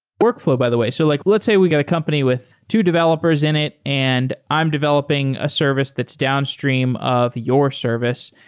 workflow, by the way. so like let's say we got a company with two developers in it and i'm developing a service that's downstream of your service.